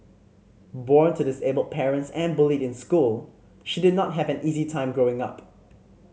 born to disabled parents and bullied in school she did not have an easy time growing up